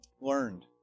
Learned